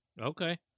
Okay